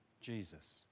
Jesus